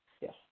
Yes